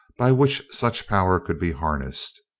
by which such power could be harnessed.